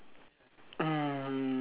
mm